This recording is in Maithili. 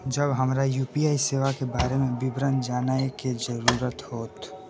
जब हमरा यू.पी.आई सेवा के बारे में विवरण जानय के जरुरत होय?